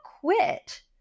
quit